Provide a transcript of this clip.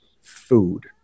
food